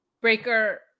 Breaker